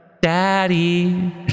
Daddy